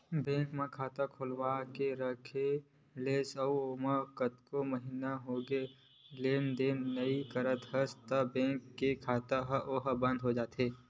bank म खाता खोलाके के रख लेस अउ ओमा कतको महिना होगे कोनो लेन देन नइ करत हवस त बेंक के खाता ओहा बंद हो जाथे